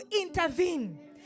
intervene